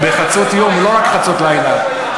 בחצות יום, לא רק בחצות לילה.